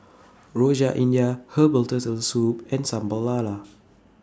Rojak India Herbal Turtle Soup and Sambal Lala